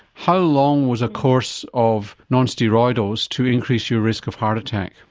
how long was a course of non-steroidals to increase your risk of heart attack?